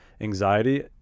anxiety